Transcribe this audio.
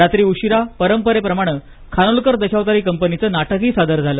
रात्री उशिरा परंपरेप्रमाणे खानोलकर दशावतारी कंपनीचं नाटकही सादर झालं